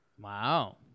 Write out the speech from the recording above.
Wow